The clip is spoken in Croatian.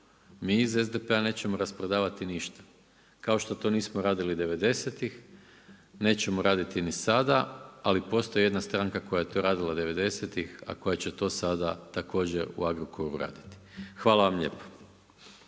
Mi iz SDP-a nećemo rasprodavati ništa kao što to nismo radili '90.-tih nećemo raditi ni sada ali postoji jedna stranka koja je to radila '90.-tih a koja će to sada također u Agrokoru raditi. Hvala vam lijepa.